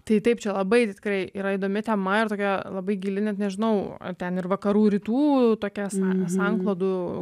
tai taip čia labai tikrai yra įdomi tema ir tokia labai gili net nežinau ar ten ir vakarų rytų tokias sanklodų